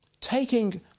Taking